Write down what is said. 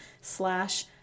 slash